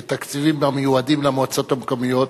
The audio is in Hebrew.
את התקציבים המיועדים למועצות המקומיות